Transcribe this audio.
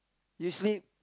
you sleep